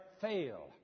fail